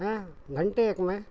हैं घंटे एक में